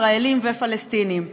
ישראלים ופלסטינים.